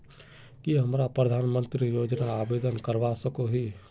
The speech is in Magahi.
की हमरा प्रधानमंत्री योजना आवेदन करवा सकोही?